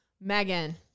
megan